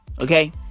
Okay